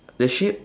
the shape